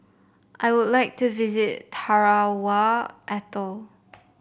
I would like to visit Tarawa Atoll